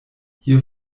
hier